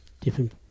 different